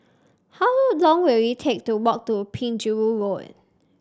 how long take to walk to Penjuru Road